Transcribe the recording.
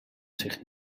zich